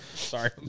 sorry